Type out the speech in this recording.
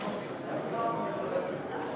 התשע"ה 2015, לוועדה שתקבע ועדת הכנסת נתקבלה.